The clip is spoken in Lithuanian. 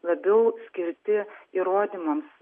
labiau skirti įrodymams